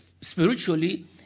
spiritually